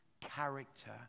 character